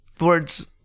words